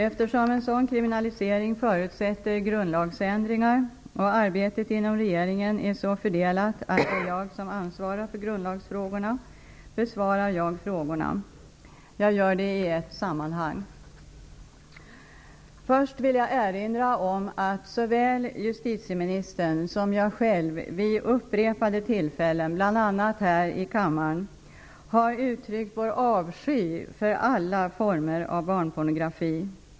Eftersom en sådan kriminalisering förutsätter grundlagsändringar och arbetet inom regeringen är så fördelat att det är jag som ansvarar för grundlagsfrågorna besvarar jag frågorna. Jag gör det i ett sammanhang. Först vill jag erinra om att såväl justitieministern som jag själv vid upprepade tillfällen, bl.a. här i kammaren, har uttryckt vår avsky för alla former av barnpornografi.